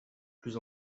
plus